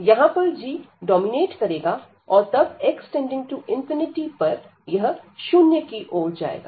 यहां पर g dominate करेगा और तब x→∞ पर यह शून्य की ओर जाएगा